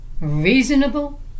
reasonable